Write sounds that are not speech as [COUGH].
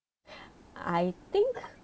[BREATH] I think